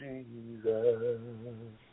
Jesus